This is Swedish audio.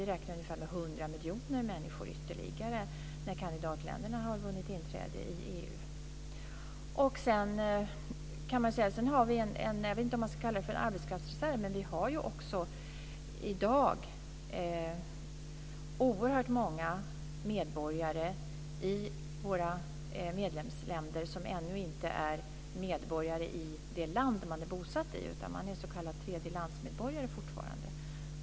Vi räknar med ungefär 100 miljoner människor ytterligare när kandidatländerna har vunnit inträde i EU. Vi har, jag vet inte om jag ska kalla det för en arbetskraftsreserv, i dag oerhört många medborgare i våra medlemsländer som ännu inte är medborgare i det land de är bosatta i, s.k. tredjelandsmedborgare.